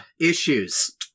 issues